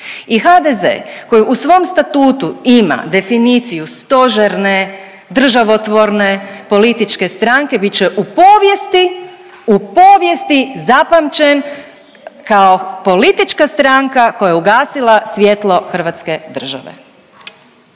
I HDZ koji u svom statutu ima definiciju stožerne državotvorne političke stranke bit će u povijesti, u povijesti zapamćen kao politička stranka koja je ugasila svjetlo Hrvatske države.